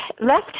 left